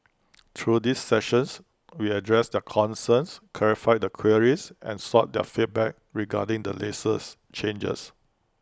through these sessions we addressed their concerns clarified their queries and sought their feedback regarding the changes